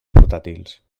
portàtils